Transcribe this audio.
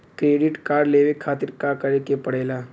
Credit card लेवे खातिर का करे के पड़ेला?